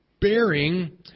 bearing